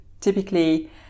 typically